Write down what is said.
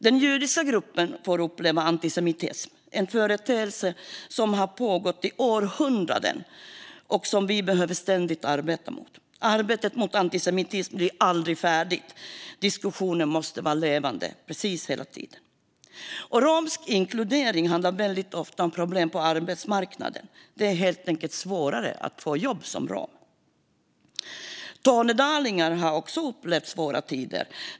Den judiska gruppen får uppleva antisemitism, en företeelse som har pågått i århundraden och som vi ständigt behöver arbeta mot. Arbetet mot antisemitism blir aldrig färdigt, diskussionen måste vara levande precis hela tiden. Romsk inkludering handlar väldigt ofta om problem på arbetsmarknaden. Det är helt enkelt svårare att få jobb som rom. Tornedalingar har också upplevt svåra tider.